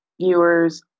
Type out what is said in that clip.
viewers